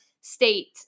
state